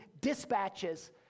dispatches